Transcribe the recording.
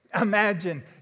Imagine